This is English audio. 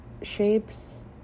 Shapes